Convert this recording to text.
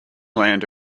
land